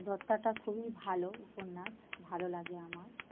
দত্তাটা খুবই ভালো উপন্যাস ভালো লাগে আমার